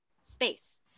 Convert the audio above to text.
space